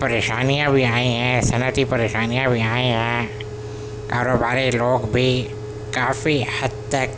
پریشانیاں بھی آئی ہیں صنعتی پریشانیاں بھی آئی ہیں کاروباری لوگ بھی کافی حد تک